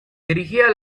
dirigía